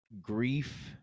Grief